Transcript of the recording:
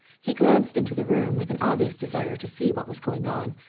he glanced into the room with an obvious desire to see what was going on,